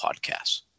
Podcasts